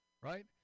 right